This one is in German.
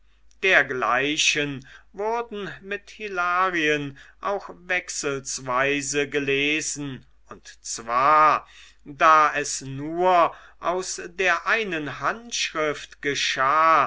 dergleichen wurden mit hilarien auch wechselsweise gelesen und zwar da es nur aus der einen handschrift geschah